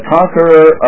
Conqueror